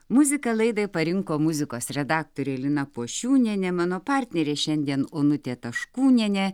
muziką laidai parinko muzikos redaktorė lina pošiūnienė mano partnerė šiandien onutė taškūnienė